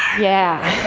yeah.